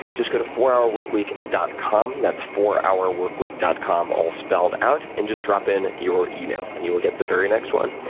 just go to fourhourworkweek dot com. that's fourhourworkweek dot com all spelled out, and just drop in your email and you will get the very next one.